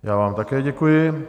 Já vám také děkuji.